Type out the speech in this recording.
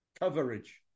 coverage